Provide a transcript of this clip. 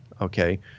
Okay